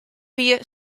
wie